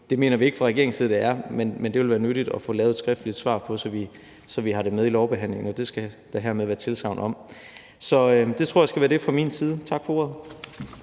Det mener vi ikke fra regeringens side der er, men det vil være nyttigt at få lavet et skriftligt svar på det, så vi har det med i lovbehandlingen, så det skal jeg hermed give tilsagn om bliver gjort. Jeg tror, det skal være det fra min side. Tak for ordet.